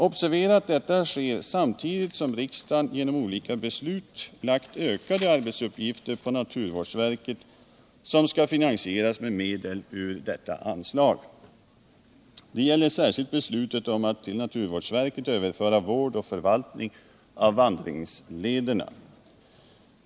Observera att detta sker samtidigt som riksdagen genom olika beslut lagt ökade arbetsuppgifter på naturvårdsverket, som skall finansieras med medel ur detta anslag. Det gäller särskilt beslutet om att till naturvårdsverket överföra vård och förvaltning av vandringslederna.